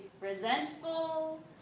resentful